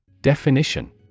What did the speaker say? Definition